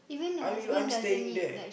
I you I'm staying there